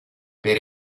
per